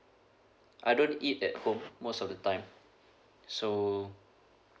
I don't eat at home most of the time so